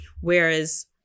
Whereas